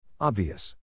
Obvious